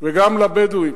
וגם לבדואים.